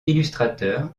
illustrateur